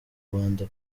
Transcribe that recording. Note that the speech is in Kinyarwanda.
rwanda